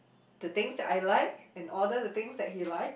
the things that I like and order the things that he like